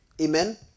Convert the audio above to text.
Amen